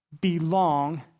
belong